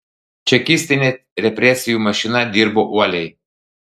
čekistinė represijų mašina dirbo uoliai